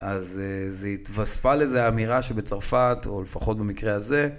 אז התווספה לזה האמירה שבצרפת, או לפחות במקרה הזה,